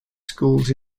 schools